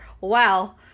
wow